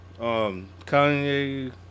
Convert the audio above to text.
Kanye